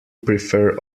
prefer